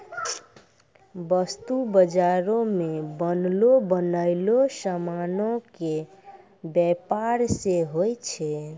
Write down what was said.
वस्तु बजारो मे बनलो बनयलो समानो के व्यापार नै होय छै